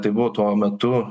tai buvo tuo metu